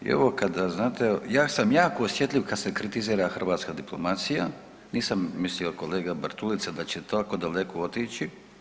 I ovo kada znate ja sam jako osjetljiv kada se kritizira hrvatska diplomacija, nisam mislio kolega Bartulica da će tako daleko otići.